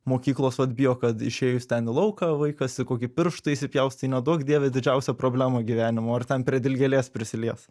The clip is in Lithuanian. mokyklos vat bijo kad išėjus ten į lauką vaikas į kokį pirštą įsipjaus tai neduok dieve didžiausia problema gyvenimo ar ten prie dilgėlės prisilies